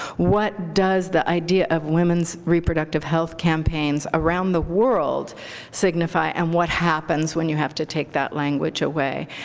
what does the idea of women's reproductive health campaigns around the world signify, and what happens when you have to take that language away?